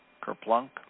Kerplunk